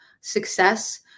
success